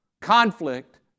Conflict